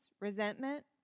resentment